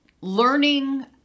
learning